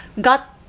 got